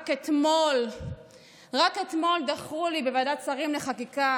רק אתמול דחו לי בוועדת שרים לחקיקה